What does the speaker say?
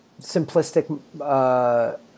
simplistic